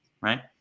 right